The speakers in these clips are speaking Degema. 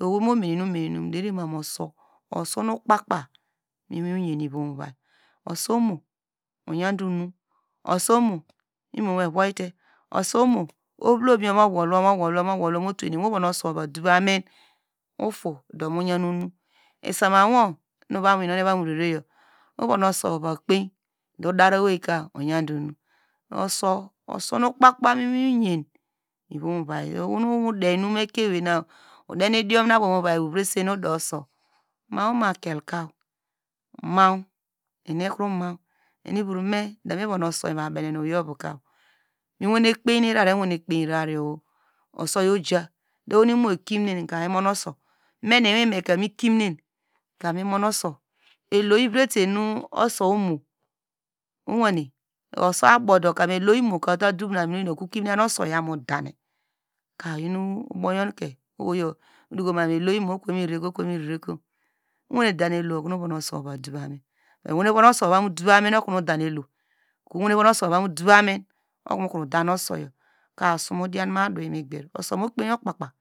Owei mumene, meneinum derima mu, uso usono kpakpa miwin oyen ovu vai, uso omo uyande unu- o, uso omo imowo evowote uso omo ovlo yor, mowol wo, mowol wo, uvom uso uva dov amin, uto do mu yan unu isama wo nu ova yonone vamu rereyor, ovon uso ova kpeyi do udar owei ka uyande uno, uso oseinu kpu papa miwin oyen muvai oho mude inum mu ekein ewuna, ude idiomabow mu ovai ovrese ude uso ma umakuku, maw eniekro maw, iyonuvor me, mivon uso miva bene nu owei ovoka, mikpenu irarayor, miwar kpeyor usoyor oja, ohonu imo ekimine ka memon uso meme ewime mikimineku mumon uso, elo ivretanu uso omo, owane, ka uso abodo elo imunu udov nu amin do okro yan uso yama dane, kayin uboyonke ohoyo kamu elo imodo edokoma ma owane de ne elo okonu ovonu uso ova dou amin ovonu uso ovamu dou amin okonu odane elo okro wane vonu mukro dane usoyor, ka usomudian mu adu imiger, uso mu kpeyi okpakpa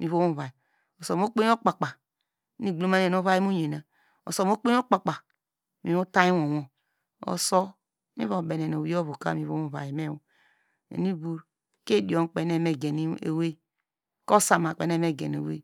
mu vom ovai, uso mu kpeyi okpakpa mu iwin otany wowo, uso, miva benenu owei ovoka mu vom kpenu evomeginu ewei, ku- osama kpi nu eva megenu ewi.